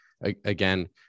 again